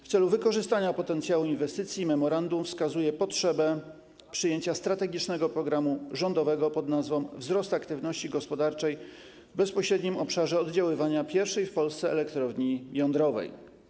W celu wykorzystania potencjału inwestycji memorandum wskazuje potrzebę przyjęcia strategicznego programu rządowego pod nazwą ˝Wzrost aktywności gospodarczej w bezpośrednim obszarze oddziaływania pierwszej w Polsce elektrowni jądrowej˝